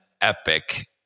epic